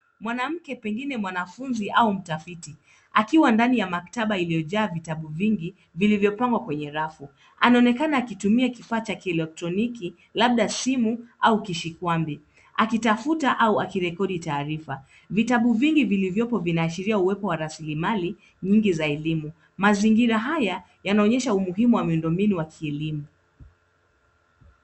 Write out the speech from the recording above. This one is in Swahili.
Mwanamke pengine mwanafunzi au mtafiti, akiwa ndani ya maktaba iliyojaa vitabu vingi vilivyopangwa kwenye rafu. Anaonekana akitumia kifaa cha kielektroniki, labda simu au kishikwambi akitafuta au akirekodi taarifa. Vitabu vingi vilivyopo vinaashiria uwepo wa rasilimali nyingi za elimu. Mazingira haya yanaonyesha umuhimu wa miundombinu wa kielimu.